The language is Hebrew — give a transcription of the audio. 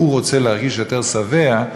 והוא רוצה להרגיש יותר שבע,